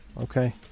Okay